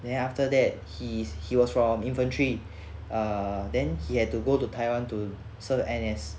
then after that he is he was from infantry err then he had to go to taiwan to serve N_S